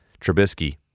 Trubisky